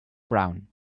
brown